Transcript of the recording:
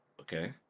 Okay